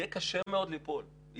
יהיה קשה מאוד ליפול.